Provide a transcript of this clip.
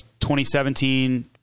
2017